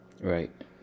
Right